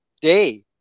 day